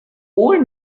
old